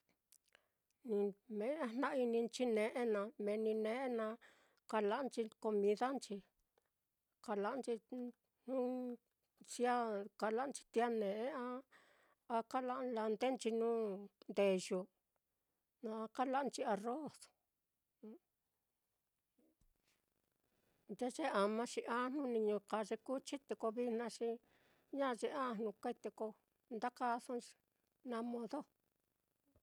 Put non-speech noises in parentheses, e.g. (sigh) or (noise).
Mee a jna-ininchi ne'e naá, meeni ne'e naá kala'anchi comidanchi, kala'anchi ni jnu sea kala'nchi tia'a ne'e, a a kala'a a landenchi nuu ndeyu, lujua kala'nchi arroz, (noise) voz nde ye ama xi ajnu niño kaa ye kuchi, te ko vijna xi ña yee ajnu kai, te ko nda kaasoi xi na modo.